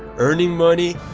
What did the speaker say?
earning money,